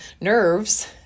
nerves